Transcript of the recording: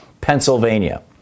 Pennsylvania